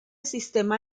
sistema